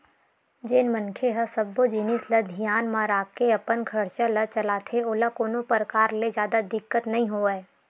जेन मनखे ह सब्बो जिनिस ल धियान म राखके अपन खरचा ल चलाथे ओला कोनो परकार ले जादा दिक्कत नइ होवय